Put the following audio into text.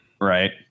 right